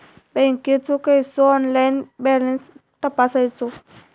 बँकेचो कसो online balance तपासायचो?